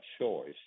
choice